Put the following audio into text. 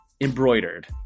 Embroidered